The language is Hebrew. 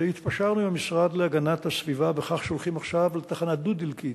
התפשרנו עם המשרד להגנת הסביבה בכך שהולכים עכשיו לתחנה דו-דלקית: